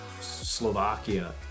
Slovakia